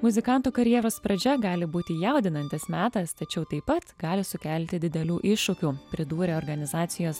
muzikanto karjeros pradžia gali būti jaudinantis metas tačiau taip pat gali sukelti didelių iššūkių pridūrė organizacijos